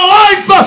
life